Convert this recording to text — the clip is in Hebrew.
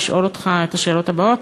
לשאול אותך את השאלות הבאות: